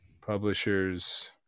publishers